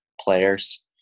players